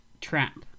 trap